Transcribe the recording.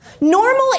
Normal